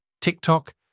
TikTok